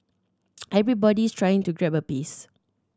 everybody's trying to grab a piece